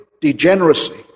degeneracy